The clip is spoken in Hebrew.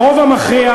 אופיר,